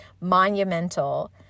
monumental